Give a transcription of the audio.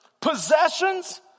possessions